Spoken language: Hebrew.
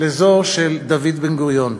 לזו של דוד בן-גוריון,